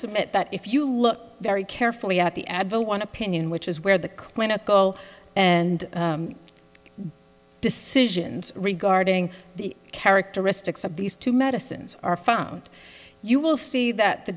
submit that if you look very carefully at the advil one opinion which is where the clinical and decisions regarding the characteristics of these two medicines are found you will see that the